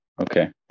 Okay